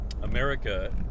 America